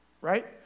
right